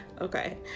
Okay